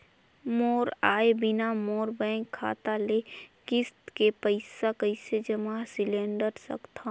मोर आय बिना मोर बैंक खाता ले किस्त के पईसा कइसे जमा सिलेंडर सकथव?